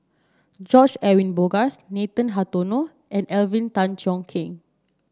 George Edwin Bogaars Nathan Hartono and Alvin Tan Cheong Kheng